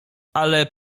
ale